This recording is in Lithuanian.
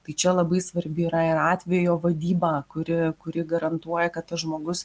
tai čia labai svarbi yra ir atvejo vadyba kuri kuri garantuoja kad tas žmogus